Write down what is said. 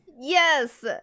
Yes